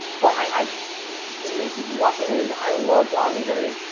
but i if you've been watching a movie, i love to automate everything.